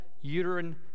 uterine